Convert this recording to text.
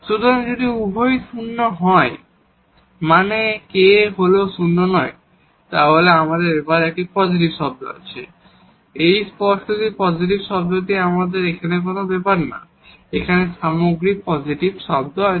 সুতরাং যদি উভয়ই শূন্য নয় মানে এই k হল শূন্য নয় তাহলে আমাদের এখানে একটি পজিটিভ টার্ম আছে এই স্পষ্টতই পজিটিভ টার্মটি এখানে এই টার্মটি কোন ব্যাপার না এখানে সামগ্রিক পজিটিভ সংখ্যা আছে